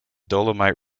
dolomite